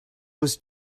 was